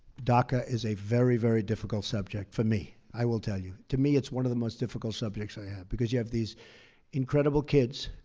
daca is a very, very difficult subject for me, i will tell you. to me, it's one of the most difficult subjects i have, because you have these incredible kids,